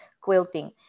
quilting